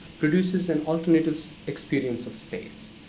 produces an alternative experience of space,